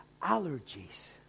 allergies